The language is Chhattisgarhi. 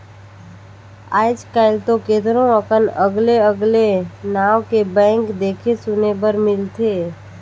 आयज कायल तो केतनो अकन अगले अगले नांव के बैंक देखे सुने बर मिलथे